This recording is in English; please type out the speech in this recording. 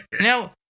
Now